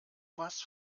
was